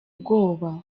bwoba